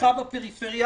התמיכה בפריפריה,